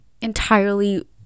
entirely